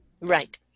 Right